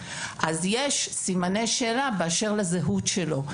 יש סימני שאלה באשר לזהות שלו.